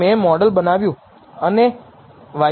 intercept term 4